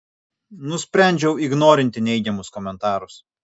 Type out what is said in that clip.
nusprendžiau ignorinti neigiamus komentarus